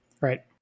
Right